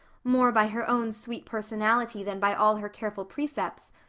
more by her own sweet personality than by all her careful precepts,